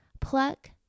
pluck